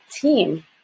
team